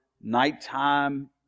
nighttime